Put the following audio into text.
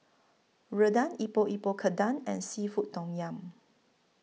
Rendang Epok Epok Kentang and Seafood Tom Yum